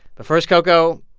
but first, coco,